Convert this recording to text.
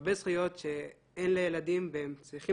הרבה זכויות שאין לילדים והם צריכות